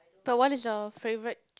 but what is your favourite